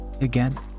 Again